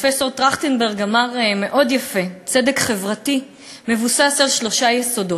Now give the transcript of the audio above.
פרופסור טרכטנברג אמר מאוד יפה: צדק חברתי מבוסס על שלושה יסודות.